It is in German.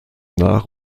nach